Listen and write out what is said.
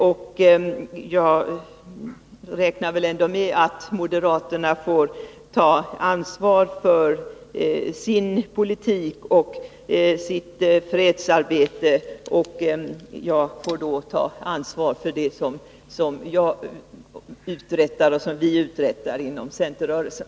Jag räknar ändå med att moderaterna får ta ansvar för sin politik och sitt fredsarbete, medan jag får ta ansvar för det som vi uträttar inom centerrörelsen.